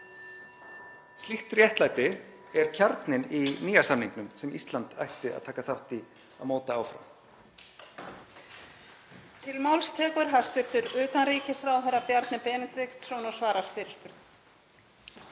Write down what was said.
Slíkt réttlæti er kjarninn í nýja samningnum sem Ísland ætti að taka þátt í að móta áfram.